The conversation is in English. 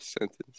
sentence